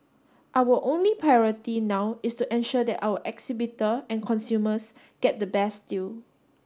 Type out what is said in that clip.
our only priority now is to ensure that our exhibitor and consumers get the best deal